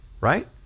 Right